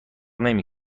نمی